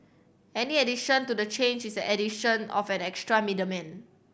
any addition to the chain is an addition of an extra middleman